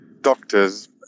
doctors